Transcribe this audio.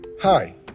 Hi